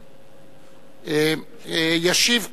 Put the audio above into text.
ישיב,